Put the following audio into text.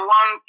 one